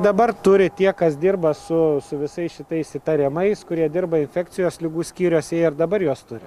dabar turi tie kas dirba su su visais šitais įtariamais kurie dirba infekcijos ligų skyriuose jie ir dabar juos turi